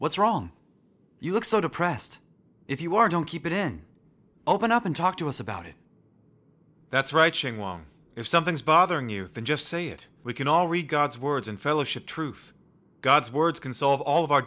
what's wrong you look so depressed if you are don't keep it open up and talk to us about it that's right if something's bothering you just say it we can all read god's words and fellowship truth god's words can solve all of our